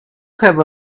have